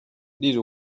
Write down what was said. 例如